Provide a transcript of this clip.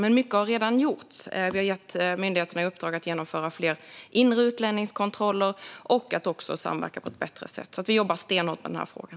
Men mycket har redan gjorts. Vi har gett myndigheterna i uppdrag att genomföra fler inre utlänningskontroller och att också samverka på ett bättre sätt. Vi jobbar stenhårt med den här frågan.